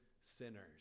sinners